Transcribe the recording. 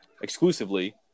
exclusively